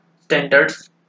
standards